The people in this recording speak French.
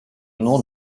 nom